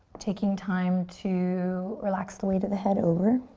taking time to relax the weight of the head over.